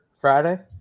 Friday